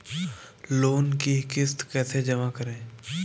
Loan की किश्त कैसे जमा करें?